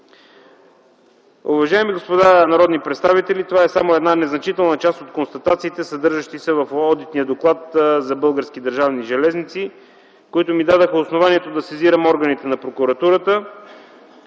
Уважаеми господа народни представители, това е само една незначителна част от констатациите, съдържащи се в одитния доклад за Български държавни железници, които ми дадоха основанието да сезирам органите на прокуратурата.